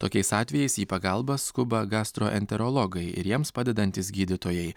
tokiais atvejais į pagalbą skuba gastroenterologai ir jiems padedantys gydytojai